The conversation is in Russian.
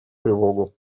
тревогу